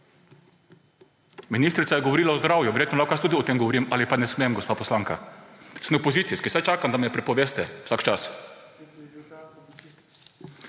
Ministrica je govorila o zdravju, verjetno lahko jaz tudi o tem govorim, ali pa ne smem, gospa poslanka, sem opozicijski, saj čakam, da mi prepoveste vsak čas.